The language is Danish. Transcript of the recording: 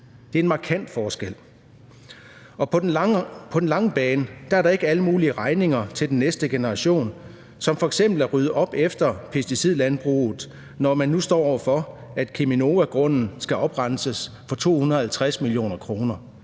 Det er en markant forskel. På den lange bane er der ikke alle mulige regninger til den næste generation som f.eks. at rydde op efter pesticidlandbruget, som når man nu står over for, at Cheminovagrunden skal oprenses for 250 mio. kr.